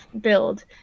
build